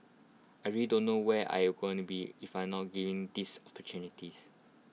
I really don't know where I'll going to be if I not given these opportunities